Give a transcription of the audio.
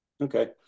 Okay